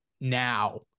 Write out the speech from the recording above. now